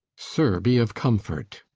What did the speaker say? sir, be of comfort.